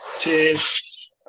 Cheers